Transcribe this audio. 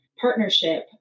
partnership